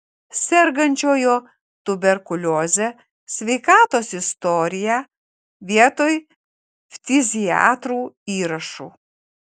sergančiojo tuberkulioze sveikatos istoriją vietoj ftiziatrų įrašų